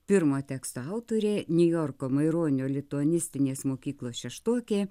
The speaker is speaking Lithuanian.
pirmo teksto autorė niujorko maironio lituanistinės mokyklos šeštokė